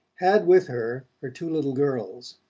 had with her her two little girls.